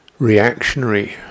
reactionary